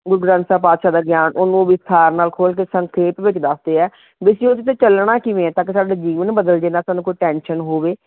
ਗੁਰੂ ਗ੍ਰੰਥ ਸਾਹਿਬ ਪਾਤਸ਼ਾਹ ਦਾ ਗਿਆਨ ਉਹਨੂੰ ਵਿਸਥਾਰ ਨਾਲ ਖੋਲ੍ਹ ਕੇ ਸੰਖੇਪ ਵਿੱਚ ਦੱਸਦੇ ਹੈ ਵੀ ਅਸੀਂ ਉਹਦੇ 'ਤੇ ਚੱਲਣਾ ਕਿਵੇਂ ਹੈ ਤਾਂ ਕਿ ਸਾਡਾ ਜੀਵਨ ਬਦਲ ਜਾਵੇ ਨਾ ਸਾਨੂੰ ਕੋਈ ਟੈਨਸ਼ਨ ਹੋਵੇ